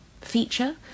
feature